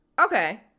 Okay